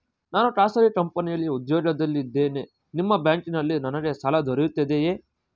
ನಾನು ಖಾಸಗಿ ಕಂಪನಿಯಲ್ಲಿ ಉದ್ಯೋಗದಲ್ಲಿ ಇದ್ದೇನೆ ನಿಮ್ಮ ಬ್ಯಾಂಕಿನಲ್ಲಿ ನನಗೆ ಸಾಲ ದೊರೆಯುತ್ತದೆಯೇ?